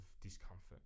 discomfort